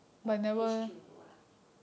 but H_Q no lah